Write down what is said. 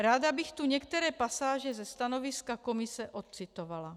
Ráda bych tu některé pasáže ze stanoviska komise ocitovala: